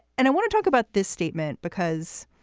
and i want to talk about this statement because.